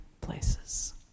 places